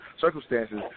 circumstances